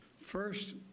First